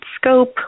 scope